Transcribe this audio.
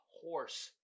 horse